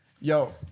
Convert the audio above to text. Yo